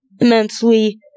immensely